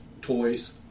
toys